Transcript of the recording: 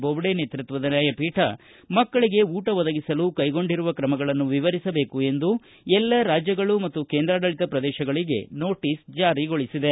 ಬೋಬ್ವೆ ನೇತೃತ್ವದ ನ್ನಾಯಪೀಠ ಮಕ್ಕಳಿಗೆ ಊಟ ಒದಗಿಸಲು ಕೈಗೊಂಡಿರುವ ಕ್ರಮಗಳನ್ನು ವಿವರಿಸಬೇಕು ಎಂದು ಎಲ್ಲ ರಾಜ್ಯಗಳು ಮತ್ತು ಕೇಂದ್ರಾಡಳಿತ ಪ್ರದೇಶಗಳಿಗೆ ನೋಟೀಸ್ ಜಾರಿಗೊಳಿಸಿದೆ